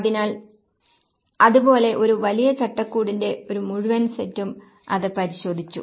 അതിനാൽ അത് പോലെ ഒരു വലിയ ചട്ടക്കൂടിന്റെ ഒരു മുഴുവൻ സെറ്റും അത് പരിശോധിച്ചു